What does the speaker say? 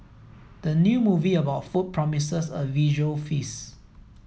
the new movie about food promises a visual feast